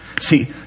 See